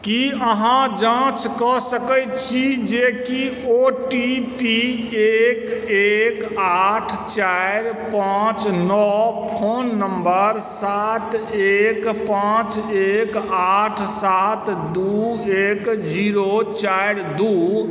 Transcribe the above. की अहाँ जाँच कऽ सकै छी जे कि ओ टी पी एक एक आठ चारि पाँच नओ फोन नम्बर सात एक पाँच एक आठ सात दू एक जीरो चारि दू